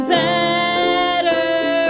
better